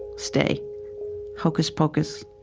stay hocus pocus.